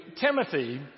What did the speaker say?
Timothy